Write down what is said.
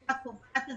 התקופה הקובעת הזאת,